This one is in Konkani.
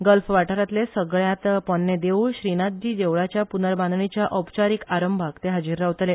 गल्फ वाठारातले सगळ्यात पोरने देऊळ श्रीनाथजी देवळाच्या पूर्नबांधणिच्या औपचारीक आरंभाक ते हाजीर रावतले